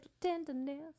tenderness